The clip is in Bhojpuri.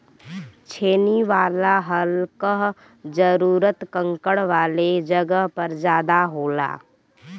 छेनी वाला हल कअ जरूरत कंकड़ वाले जगह पर ज्यादा होला